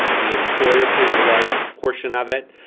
the employer pays a large portion of it,